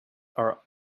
are